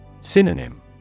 Synonym